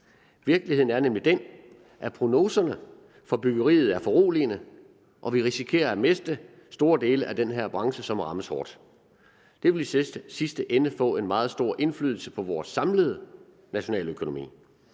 Virkeligheden er nemlig den, at prognoserne for byggeriet er foruroligende, og at vi risikerer at miste store dele af den her branche, som rammes hårdt. Det vil i sidste ende få en meget stor indflydelse på vores samlede nationaløkonomi.